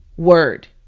word.